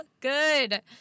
good